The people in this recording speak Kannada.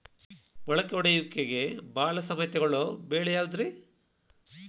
ಮೊಳಕೆ ಒಡೆಯುವಿಕೆಗೆ ಭಾಳ ಸಮಯ ತೊಗೊಳ್ಳೋ ಬೆಳೆ ಯಾವುದ್ರೇ?